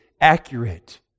accurate